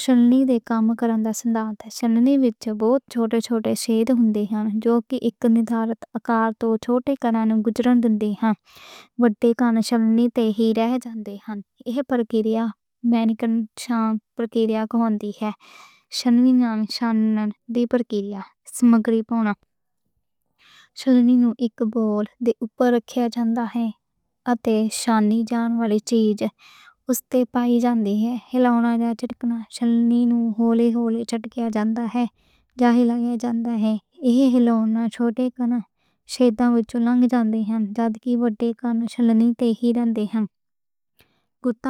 چھلنی دے کم کرن دا سدھان ایہ ہے کہ چھلنی وِچ وڈّ چھوٹے چھوٹے چھِدر ہوندے نیں، جو کہ اک نِشچت آکار توں چھوٹے کنّے گُزرن دے نیں۔ وڈّے کنّے چھلنی تے ہی رہ جان دے نیں۔ ایہ پرکریا میکینکل چھان پرکریا ہوندی ہے۔ سمگری پاؤن لئی چھلنی نوں اک بول دے اُپر رکھیا جاندا ہے، اتے چھاننی جان والی چیز اوس تے پائی جان دی ہے۔ ہلونا جاں جھٹکنا: چھلنی نوں ہولے ہولے جھٹکیا جاندا ہے جاں ہلا ہلا کے۔ اے ہلونا چھوٹے ذرّات نوں وچّوں لنگھا دیندا ہے، جدکہ وڈّے ذرّات چھلنی تے ہی رہندے نیں۔